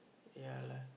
yeah lah